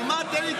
על מה?